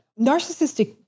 Narcissistic